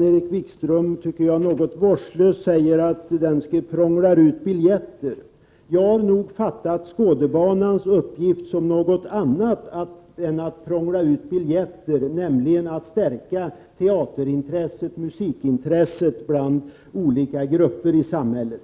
enligt min mening något vårdslöst att Skådebanan skall prångla ut biljetter. Jag har nog uppfattat Skådebanans uppgift som en annan än att prångla ut biljetter, nämligen att stärka teateroch musikintresset bland olika grupper i samhället.